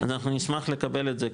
אנחנו נשמח לקבל את זה,